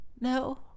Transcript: no